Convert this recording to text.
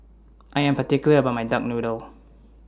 I Am particular about My Duck Noodle